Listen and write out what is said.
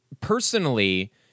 personally